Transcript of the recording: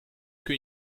kan